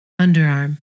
Underarm